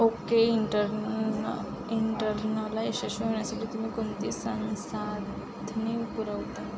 okay inter इंटर्नला यशस्वी होण्यासाठी तुम्ही कोणती संसाधने पुरवता